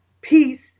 peace